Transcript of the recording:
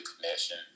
connection